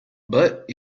but